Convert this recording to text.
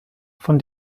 von